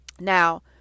now